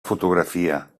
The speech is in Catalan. fotografia